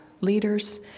leaders